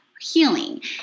healing